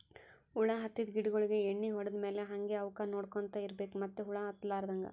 ಹುಳ ಹತ್ತಿದ್ ಗಿಡಗೋಳಿಗ್ ಎಣ್ಣಿ ಹೊಡದ್ ಮ್ಯಾಲ್ ಹಂಗೆ ಅವಕ್ಕ್ ನೋಡ್ಕೊಂತ್ ಇರ್ಬೆಕ್ ಮತ್ತ್ ಹುಳ ಹತ್ತಲಾರದಂಗ್